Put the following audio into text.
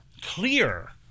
Clear